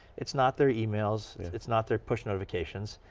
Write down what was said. it's not their emails, it's not their push notifications,